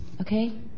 Okay